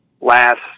last